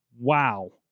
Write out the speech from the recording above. Wow